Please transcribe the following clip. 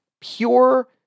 pure